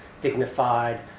dignified